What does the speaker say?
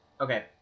Okay